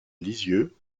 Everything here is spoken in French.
lisieux